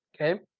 Okay